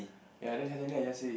ya then just say